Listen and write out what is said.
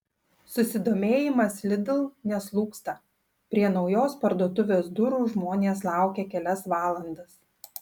susidomėjimas lidl neslūgsta prie naujos parduotuvės durų žmonės laukė kelias valandas